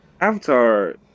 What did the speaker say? Avatar